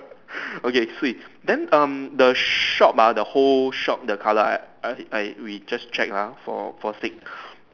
okay swee then um the shop ah the whole shop the colour I I we just check lah for for sake